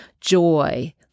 joy